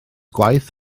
gwaith